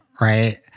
Right